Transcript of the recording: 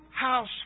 house